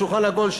בשולחן עגול,